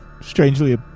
strangely